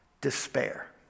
despair